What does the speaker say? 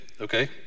Okay